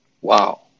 Wow